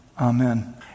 Amen